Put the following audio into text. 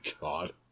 God